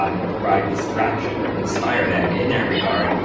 um or provide distraction or inspire them. and in that regard,